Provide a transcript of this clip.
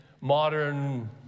modern